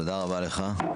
תודה רבה לך.